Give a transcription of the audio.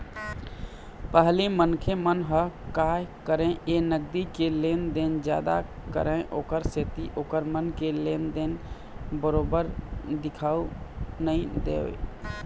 पहिली मनखे मन ह काय करय के नगदी के लेन देन जादा करय ओखर सेती ओखर मन के लेन देन बरोबर दिखउ नइ देवय